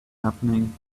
happening